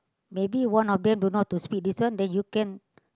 maybe one of them don't know how to speak this one then you can